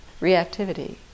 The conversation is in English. Reactivity